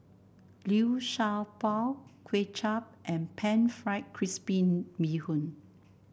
Liu Sha Bao Kuay Chap and pan fried crispy Bee Hoon